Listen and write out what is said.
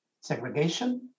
segregation